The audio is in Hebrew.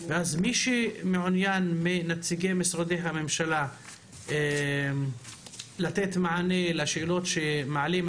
ואז מי שמעוניין מנציגי משרדי הממשלה לתת מענה לשאלות שמעלים.